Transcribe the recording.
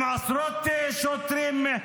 עם עשרות שוטרים,